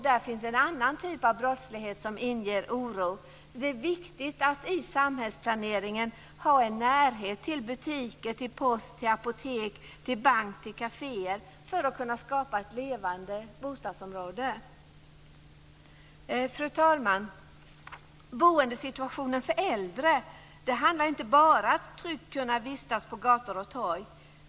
Där finns en annan typ av brottslighet som inger oro. Det är viktigt att i samhällsplaneringen skapa en närhet till butiker, till post, till apotek, till bank och till kaféer, så att man skapar ett levande bostadsområde. Fru talman! Boendesituationen för äldre handlar inte bara om att tryggt kunna vistas på gator och torg.